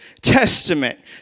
Testament